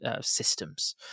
systems